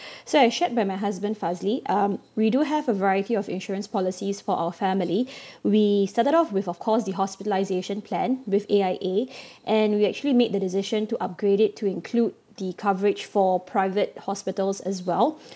so as shared by my husband Fazli um we do have a variety of insurance policies for our family we started off with of course the hospitalisation plan with A_I_A and we actually made the decision to upgrade it to include the coverage for private hospitals as well